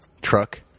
truck